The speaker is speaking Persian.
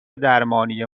درمانی